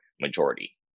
majority